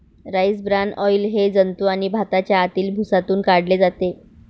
rice bran oil हे जंतू आणि भाताच्या आतील भुसातून काढले जाते